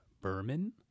Berman